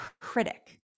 critic